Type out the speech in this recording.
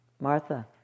Martha